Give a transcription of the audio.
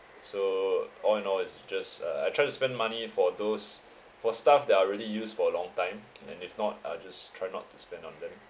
so all in all it's just uh I try to spend money for those for stuff that I really use for a long time and if not I'll just try not to spend on them